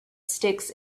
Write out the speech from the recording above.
sticks